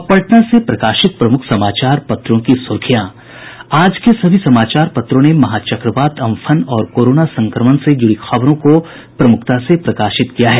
अब पटना से प्रकाशित प्रमुख समाचार पत्रों की सुर्खियां आज के सभी समाचार पत्रों ने महाचक्रवात अम्फन और कोरोना संक्रमण से जुड़ी खबरों को प्रमुखता दी है